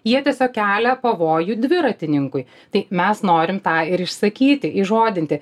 jie tiesiog kelia pavojų dviratininkui tai mes norim tą ir išsakyti įžodinti